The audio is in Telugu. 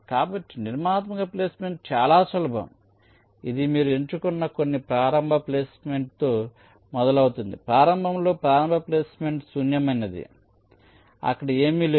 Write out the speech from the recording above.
కాబట్టి నిర్మాణాత్మక ప్లేస్మెంట్ చాలా సులభం ఇది మీరు ఎంచుకున్న కొన్ని ప్రారంభ ప్లేస్మెంట్తో మొదలవుతుంది ప్రారంభంలో ప్రారంభ ప్లేస్మెంట్ శూన్యమైనది అక్కడ ఏమీ లేదు